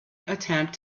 attempt